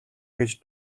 гэж